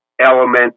element